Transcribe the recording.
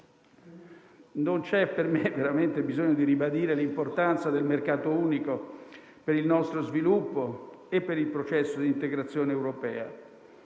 non c'è veramente bisogno di ribadire l'importanza del mercato unico per il nostro sviluppo e il processo d'integrazione europea.